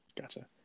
Gotcha